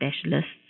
specialists